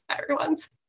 everyone's